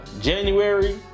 January